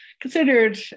considered